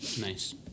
Nice